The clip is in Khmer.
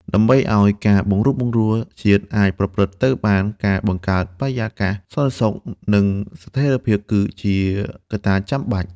ដើម្បីឱ្យការបង្រួបបង្រួមជាតិអាចប្រព្រឹត្តទៅបាន ការបង្កើតបរិយាកាសសន្តិសុខ និងស្ថិរភាពគឺជាកត្តាចាំបាច់។